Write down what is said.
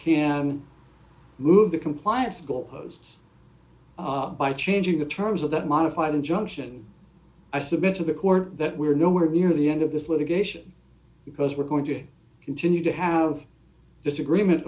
can move the compliance goalposts by changing the terms of that modified injunction i submit to the court that we're nowhere near the end of this litigation because we're going to continue to have disagreement